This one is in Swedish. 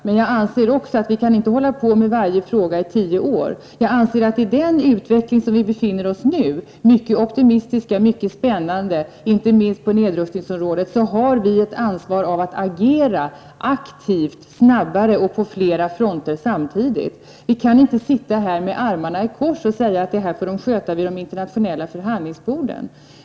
Men jag anser också att vi inte kan arbeta med varje fråga i tio år. Den utveckling som nu pågår är mycket optimistisk och spännande, inte minst på nedrustningsområdet. Vi har ett ansvar att agera aktivt, snabbare och på flera fronter samtidigt. Vi kan inte sitta här med armarna i kors och säga att andra får sköta saker och ting vid de internationella förhandlingsborden.